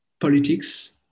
politics